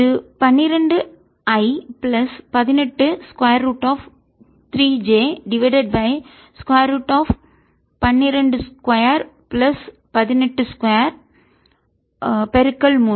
இது 12 i plus 18 square root of 3 j divided by square root of 12 2 plus 18 2 3